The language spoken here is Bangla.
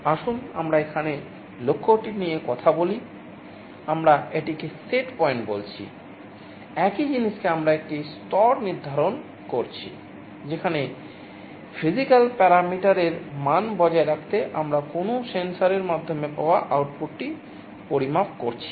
আসুন আমরা এখানে লক্ষ্যটি নিয়ে কথা বলি আমরা এটিকে সেট পয়েন্ট বলছি একই জিনিসকে আমরা একটি স্তর নির্ধারণ করছি যেখানে ফিজিক্যাল প্যারামিটারের মান বজায় রাখতে আমরা কোনও সেন্সরের মাধ্যমে পাওয়া আউটপুটটি পরিমাপ করছি